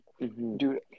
Dude